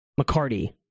McCarty